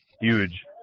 huge